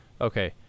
Okay